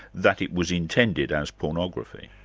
that it was intended as pornography?